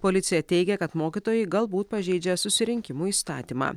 policija teigia kad mokytojai galbūt pažeidžia susirinkimų įstatymą